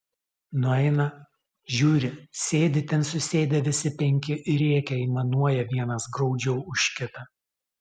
nueina žiūri sėdi ten susėdę visi penki ir rėkia aimanuoja vienas graudžiau už kitą